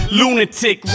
lunatic